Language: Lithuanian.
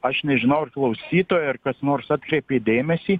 aš nežinau ar klausytojai ar kas nors atkreipė dėmesį